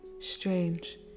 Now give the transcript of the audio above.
strange